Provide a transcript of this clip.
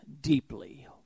deeply